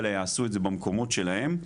אלא יעשו את זה במקומות שלהם.